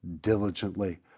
diligently